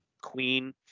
queen